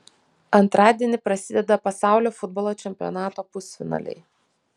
antradienį prasideda pasaulio futbolo čempionato pusfinaliai